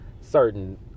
certain